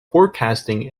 forecasting